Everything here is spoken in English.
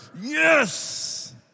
Yes